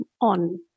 on